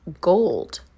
gold